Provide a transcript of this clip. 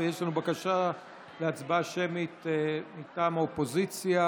יש לנו בקשה להצבעה שמית מטעם האופוזיציה.